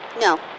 No